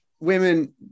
women